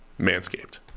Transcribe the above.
Manscaped